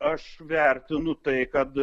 aš vertinu tai kad